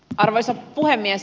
arvoisa puhemies